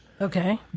Okay